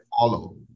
follow